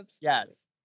Yes